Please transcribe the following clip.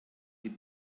die